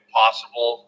possible